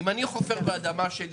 אם אני חופר באדמה שלי